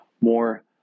more